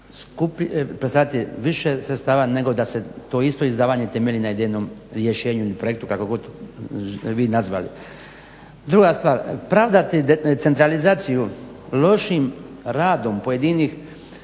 predstavljati više sredstava nego da se to isto izdavanje temelji na jednom idejnom rješenju projekta kako god vi nazvali. Druga stvar, pravdati centralizaciju lošim radom pojedinih